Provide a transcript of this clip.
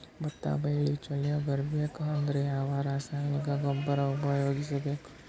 ಭತ್ತ ಬೆಳಿ ಚಲೋ ಬರಬೇಕು ಅಂದ್ರ ಯಾವ ರಾಸಾಯನಿಕ ಗೊಬ್ಬರ ಉಪಯೋಗಿಸ ಬೇಕು?